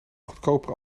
goedkopere